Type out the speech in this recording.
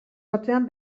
batean